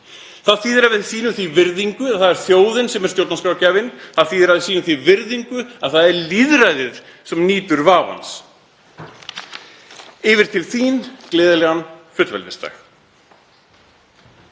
Það þýðir að við sýnum því virðingu að það er þjóðin sem er stjórnarskrárgjafinn. Það þýðir að við sýnum því virðingu að það er lýðræðið sem nýtur vafans. Yfir til þín. Gleðilegan fullveldisdag.